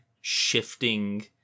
shifting